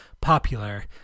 popular